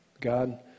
God